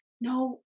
no